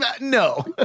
no